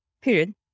period